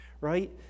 right